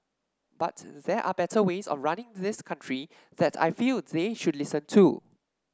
but there are better ways of running this country that I feel they should listen to